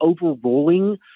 overruling